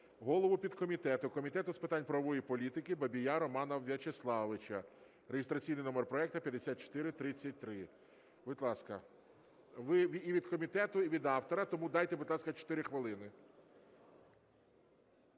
голову підкомітету Комітету з питань правової політики Бабія Романа Вячеславовича, реєстраційний номер проекту 5433. Будь ласка, ви і від комітету, і від автора, тому дайте, будь ласка, 4 хвилини.